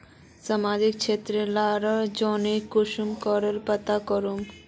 सामाजिक क्षेत्र लार योजना कुंसम करे पता करूम?